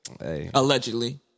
Allegedly